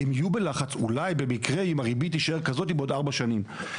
הם יהיו בלחץ אולי במקרה אם הריבית תישאר כזאת בעוד ארבע שנים.